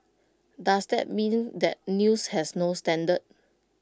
does that mean that news has no standard